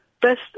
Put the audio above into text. Best